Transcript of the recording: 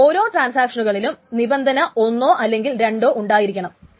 ഈ ഓരോ ട്രാൻസാക്ഷനുകളിലും നിബന്ധന ഒന്നോ അല്ലെങ്കിൽ രണ്ടോ ഉണ്ടായിരിക്കണം